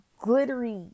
glittery